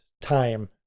time